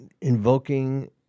invoking